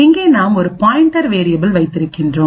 இங்கே நாம் ஒரு பாயின்டர் வேரியபில் வைத்திருக்கிறோம்